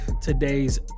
today's